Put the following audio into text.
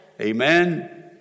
Amen